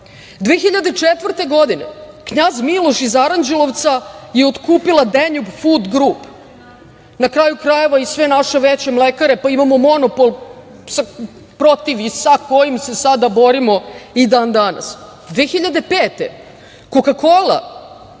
2004. „Knjaz Miloš“ iz Aranđelovca je otkupila „Danube Foods Group“. Na kraju krajeva, i sve naše veće mlekare… imamo monopol protiv i sa kojim se sada borimo i dan danas. Godine 2005. „Coca-Cola“